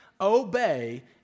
obey